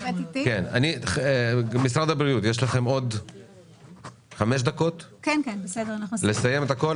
יש לכם עוד חמש דקות לסיים את הכול.